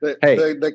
Hey